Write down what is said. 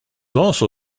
also